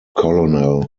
colonel